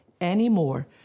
anymore